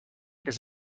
does